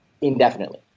indefinitely